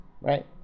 right